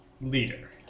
leader